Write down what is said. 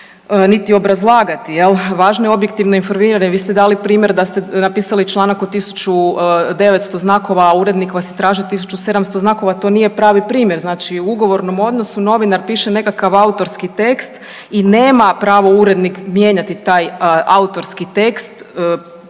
niti obrazlagati. Važno je objektivno informiranje. Vi ste dali primjer da ste napisali članak od tisuću 900 znakova a urednik vas je tražio tisuću 700 znakova. To nije pravi primjer. Znači u ugovornom odnosu novinar piše nekakav autorski tekst i nema pravo urednik mijenjati taj autorski tekst